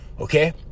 okay